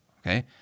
Okay